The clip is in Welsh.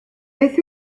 beth